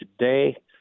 today